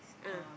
ah